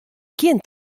gjin